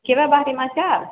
କେବେ ବାହାରିମା କା